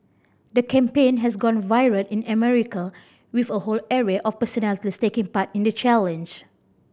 the campaign has gone viral in America with a whole array of personalities taking part in the challenge